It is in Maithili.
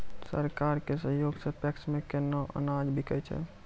सरकार के सहयोग सऽ पैक्स मे केना अनाज बिकै छै?